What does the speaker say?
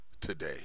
today